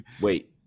Wait